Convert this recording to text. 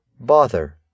Bother